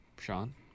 Sean